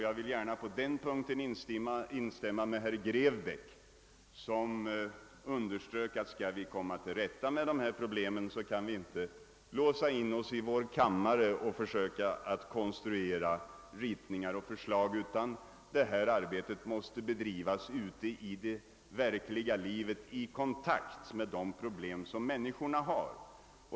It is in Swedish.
— Jag vill gärna på den punkten instämma med herr Grebäck, som underströk, att om vi skall lyckas komma till rätta med dessa problem, så får vi inte låsa in oss i vår kammare och försöka konstruera ritningar och förslag, utan då måste arbetet bedrivas ute i det verkliga livet, i kontakt med de problem som människorna har.